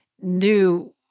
new